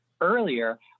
earlier